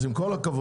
אז עם כל הכבוד,